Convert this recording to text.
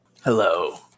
Hello